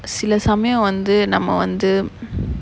சில சமயம் வந்து நம்ம வந்து:sila samayam vanthu namma vanthu